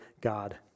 God